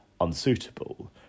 unsuitable